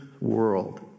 world